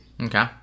Okay